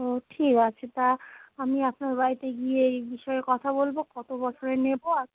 ও ঠিক আছে তা আমি আপনার বাড়িতে গিয়ে এই বিষয়ে কথা বলবো কতো বছরে নেবো আর